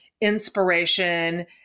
inspiration